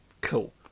cool